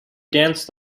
danced